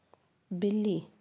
बिल्ली